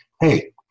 Hey